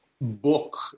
book